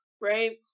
right